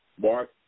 Mark